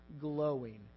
glowing